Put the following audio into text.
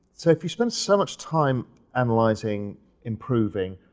so if you spend so much time analyzing improving,